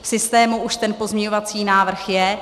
V systému už ten pozměňovací návrh je.